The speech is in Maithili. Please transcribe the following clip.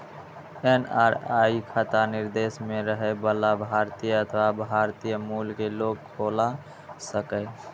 एन.आर.आई खाता विदेश मे रहै बला भारतीय अथवा भारतीय मूल के लोग खोला सकैए